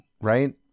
right